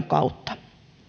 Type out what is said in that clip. kautta